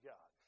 God